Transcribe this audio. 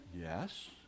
Yes